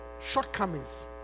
shortcomings